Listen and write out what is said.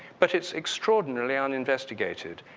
but it's extraordinarily uninvestigated.